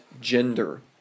gender